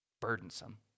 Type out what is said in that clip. burdensome